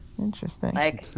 Interesting